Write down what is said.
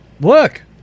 look